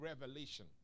revelation